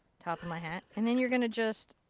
top of my hat. and then you're gonna just